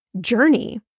journey